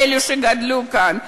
על אלה שגדלו כאן.